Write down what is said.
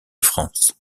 france